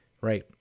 right